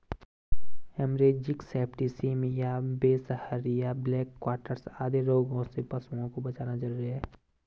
haemorrhagic septicaemia, बिसहरिया, black quarters आदि रोगों से पशुओं को बचाना जरूरी है